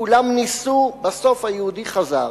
כולם ניסו, בסוף היהודי חזר,